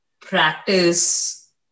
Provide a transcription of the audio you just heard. practice